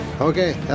Okay